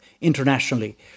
internationally